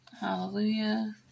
Hallelujah